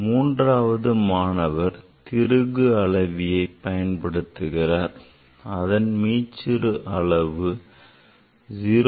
மூன்றாவது மாணவர் திருகு அளவியை பயன்படுத்துகிறார் அதன் மீச்சிறு அளவு 0